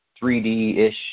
3D-ish